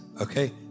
Okay